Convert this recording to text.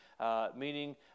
meaning